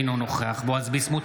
אינו נוכח בועז ביסמוט,